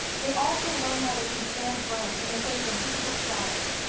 they also learn how they can stand firm in the face of difficult trials.